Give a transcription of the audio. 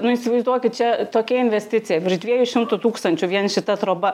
nu įsivaizduokit čia tokia investicija virš dviejų šimtų tūkstančių vien šita troba